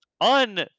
on